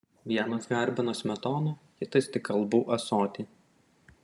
vienas garbina smetoną kitas tik kalbų ąsotį